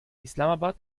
islamabad